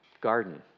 garden